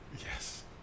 Yes